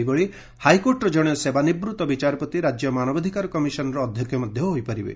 ସେହିଭଳି ହାଇକୋର୍ଟର ଜଣେ ସେବାନିବୂତ୍ତ ବିଚାରପତି ରାଜ୍ୟ ମାନବାଧିକାର କମିଶନ୍ର ଅଧ୍ୟକ୍ଷ ମଧ୍ୟ ହୋଇପାରିବେ